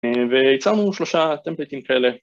ויצרנו שלושה טמפליטים כאלה